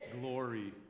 glory